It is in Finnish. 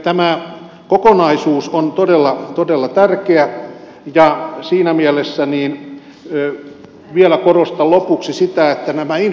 tämä kokonaisuus on todella todella tärkeä ja siinä mielessä vielä korostan lopuksi näitä infrahankkeita